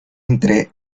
entre